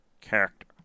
character